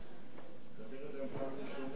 זהבה, פעם ראשונה